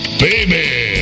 baby